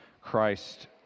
Christ